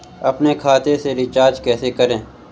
अपने खाते से रिचार्ज कैसे करें?